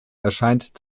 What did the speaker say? erscheint